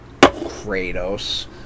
Kratos